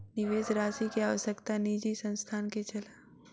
निवेश राशि के आवश्यकता निजी संस्थान के छल